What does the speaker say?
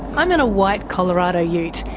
i'm in a white colorado ute,